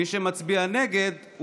מי שמצביע נגד,